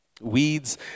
Weeds